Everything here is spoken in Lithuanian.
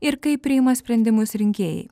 ir kaip priima sprendimus rinkėjai